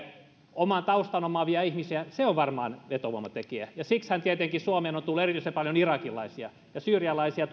oman taustan omaavia ihmisiä on varmaan vetovoimatekijä ja siksihän tietenkin suomeen on tullut erityisen paljon irakilaisia ja syyrialaisia